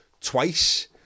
twice